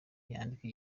yandike